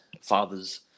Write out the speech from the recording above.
father's